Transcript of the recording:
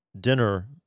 dinner